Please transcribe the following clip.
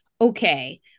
okay